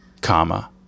comma